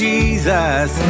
Jesus